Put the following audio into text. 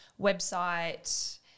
website